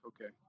okay